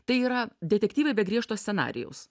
tai yra detektyvai be griežto scenarijaus